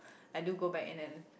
I do go back and